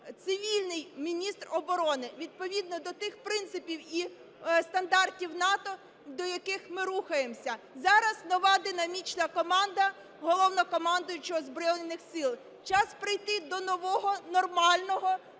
цивільний міністр оборони відповідно до тих принципів і стандартів НАТО, до яких ми рухаємося. Зараз нова динамічна команда Головнокомандуючого Збройних Сил, час прийти до нового, нормального,